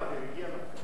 ראשון, הגיע מקלב.